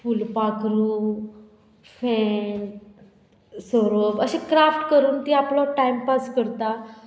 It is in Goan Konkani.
फूलपाखलो फॅन सोरोप अशें क्राफ्ट करून ती आपलो टायमपास करता